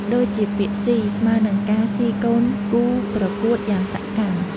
ដូចជាពាក្យ ស៊ី ស្មើនិងការស៊ីកូនគូប្រកួតយ៉ាងសកម្ម។